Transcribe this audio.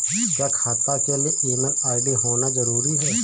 क्या खाता के लिए ईमेल आई.डी होना जरूरी है?